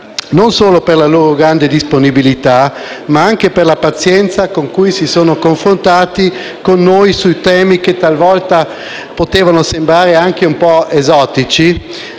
non solo per la grande disponibilità, ma anche per la pazienza con cui si sono confrontati con noi su temi che talvolta potevano sembrare anche un po' esotici,